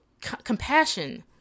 compassion